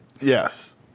Yes